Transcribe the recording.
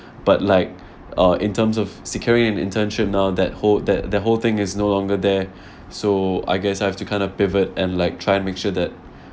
but like uh in terms of securing an internship now that who~ that that whole thing is no longer there so I guess I have to kind of pivot and like try and make sure that